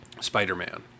spider-man